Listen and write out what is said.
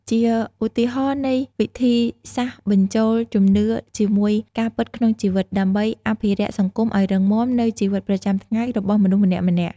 ជាឧទាហរណ៍នៃវិធីសាស្ត្របញ្ចូលជំនឿជាមួយការពិតក្នុងជីវិត ដើម្បីអភិរក្សសង្គមឲ្យរឹងមាំ នូវជីវិតប្រចាំថ្ងៃរបស់មនុស្សម្នាក់ៗ។